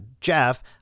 Jeff